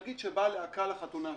נגיד שהגיעה להקה לחתונה שלך.